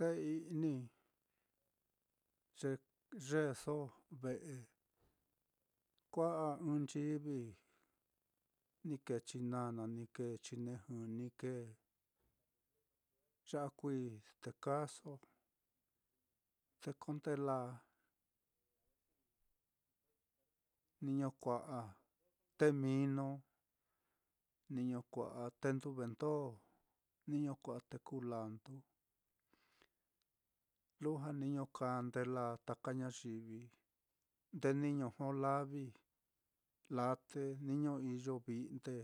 Té i'ni yeeso ve'e, kua'a ɨ́ɨ́n chivi, ni kēē chinana, ni kēē chinejɨ, ni kēē ya'a kuií te kaaso, te ko nde laa, niño kua'a té mino, té nduve ndó, té kulandu, lujua niño kaa nde laa taka ñayivi, nde niño jó lavi, laa te niño iyo vi'nde,